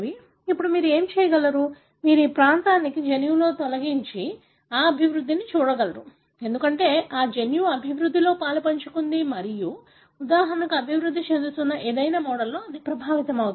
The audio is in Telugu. ఇప్పుడు మీరు ఏమి చేయగలరు మీరు ఈ ప్రాంతాన్ని జన్యువులో తొలగించి ఆ అభివృద్ధిని చూడగలరు ఎందుకంటే ఈ జన్యువు అభివృద్ధిలో పాలుపంచుకుంది మరియు ఉదాహరణకు అభివృద్ధి చెందుతున్న ఏదైనా మోడల్లో అది ప్రభావితమవుతుంది